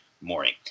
morning